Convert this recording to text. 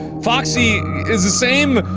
foxy is the same,